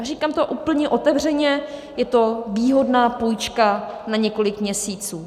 Říkám to úplně otevřeně, je to výhodná půjčka na několik měsíců.